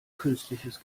künstliches